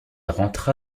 rentra